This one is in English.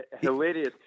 hilarious